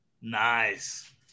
Nice